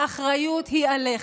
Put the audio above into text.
האחריות היא עליך.